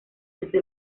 desde